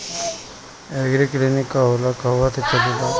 एगरी clinic का होला कहवा से चलेँला?